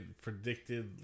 predicted